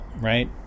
right